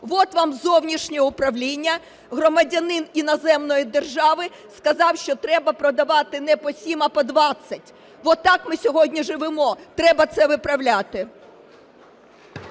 От вам зовнішнє управління: громадянин іноземної держави сказав, що треба продавати не по 7, а по 20. От так ми сьогодні живемо, треба це виправляти.